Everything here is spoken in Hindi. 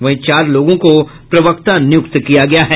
वहीं चार लोगों को प्रवक्ता नियुक्त किया गया है